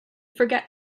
forget